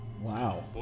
Wow